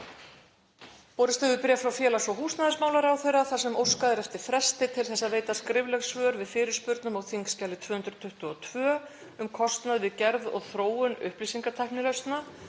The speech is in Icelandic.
Borist hafa bréf frá félags- og húsnæðismálaráðherra þar sem óskað er eftir fresti til þess að veita skrifleg svör við fyrirspurnum á þskj. 222, um kostnað við gerð og þróun upplýsingatæknilausna,